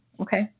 okay